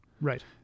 Right